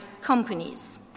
companies